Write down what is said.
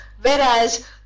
whereas